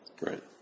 Right